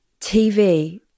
TV